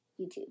YouTube